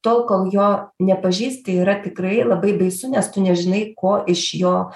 tol kol jo nepažįsti yra tikrai labai baisu nes tu nežinai ko iš jo